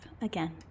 again